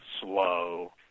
slow